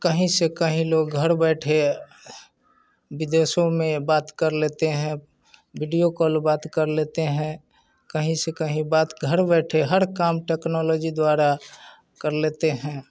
कहीं से कहीं लोग घर बैठे विदेशों में बात कर लेते हैं बिडियो कॉल बात कर लेते हैं कहीं से कहीं बात घर बैठे हर काम टेक्नोलॉजी द्वारा कर लेते हैं